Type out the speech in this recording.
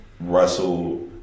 Russell